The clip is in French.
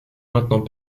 maintenant